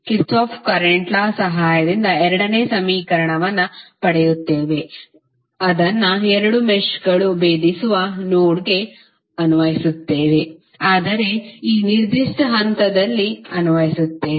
Kirchhoff current law ಸಹಾಯದಿಂದ ಎರಡನೇ ಸಮೀಕರಣವನ್ನು ಪಡೆಯುತ್ತೇವೆ ಅದನ್ನು ಎರಡು ಮೆಶ್ಗಳು ಬೇದಿಸುವ ನೋಡ್ಗೆ ಅನ್ವಯಿಸುತ್ತೇವೆ ಅಂದರೆ ಈ ನಿರ್ದಿಷ್ಟ ಹಂತದಲ್ಲಿ ಅನ್ವಯಿಸುತ್ತೇವೆ